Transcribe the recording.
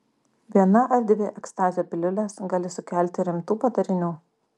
viena ar dvi ekstazio piliulės gali sukelti rimtų padarinių